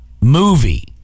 Movie